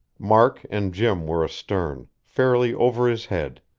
mark and jim were astern, fairly over his head.